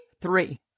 Three